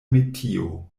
metio